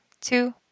two